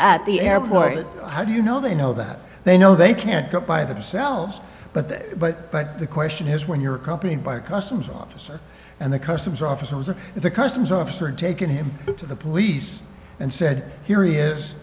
at the airport how do you know they know that they know they can't go by themselves but but but the question is when you're accompanied by a customs officer and the customs officers or the customs officer taken him to the police and said here he